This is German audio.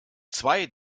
zwei